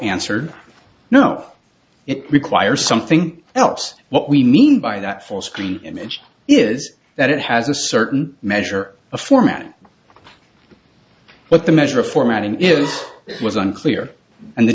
answer no it requires something else what we mean by that full screen image is that it has a certain measure of format but the measure of formatting is was unclear and the